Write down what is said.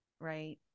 right